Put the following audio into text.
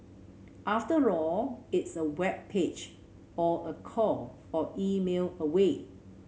after all it's a web page or a call or email away